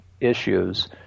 issues